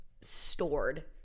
stored